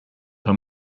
pas